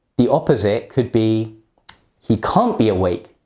the opposite could be he can't be awake.